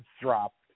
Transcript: dropped